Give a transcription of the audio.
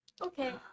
Okay